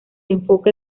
enfoca